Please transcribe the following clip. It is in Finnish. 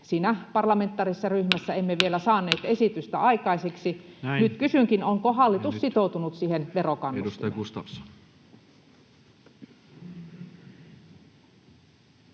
koputtaa] ryhmässä emme vielä saaneet esitystä aikaiseksi. Nyt kysynkin, onko hallitus sitoutunut siihen verokannustimeen.